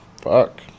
Fuck